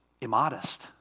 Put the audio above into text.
immodest